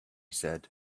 said